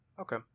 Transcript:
okay